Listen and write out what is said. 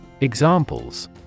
Examples